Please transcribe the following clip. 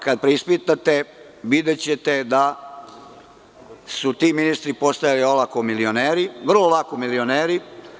Kada preispitate, videćete da su ti ministri postajali olako milioneri, vrlo lako milioneri.